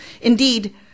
Indeed